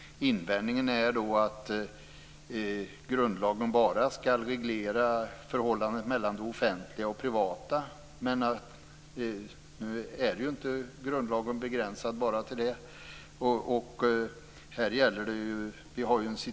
Invändningen är att grundlagen bara skall reglera förhållandet mellan det offentliga och privata. Nu är inte grundlagen begränsad bara till det.